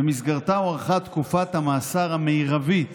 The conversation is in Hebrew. שבמסגרתה הוארכה תקופת המאסר המרבית